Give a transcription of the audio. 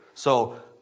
so,